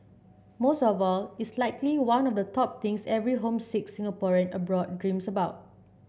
most of all it's likely one of the top things every homesick Singaporean abroad dreams about